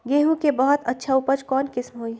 गेंहू के बहुत अच्छा उपज कौन किस्म होई?